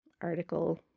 article